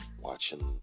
watching